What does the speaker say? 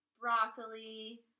Broccoli